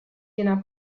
jener